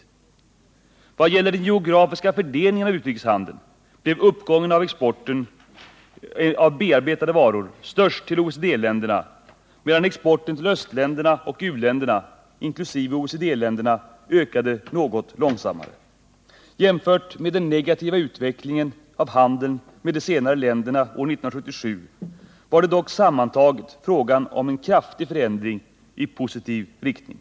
I vad det gäller den geografiska fördelningen av utrikeshandeln blev uppgången av exporten av bearbetade varor störst till OECD-länderna, medan exporten till östländerna och u-länderna inkl. OPEC-länderna ökade något långsammare. Jämfört med den negativa utvecklingen av handeln med de senare länderna år 1977 var det dock sammantaget fråga om en kraftig förändring i positiv riktning.